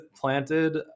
planted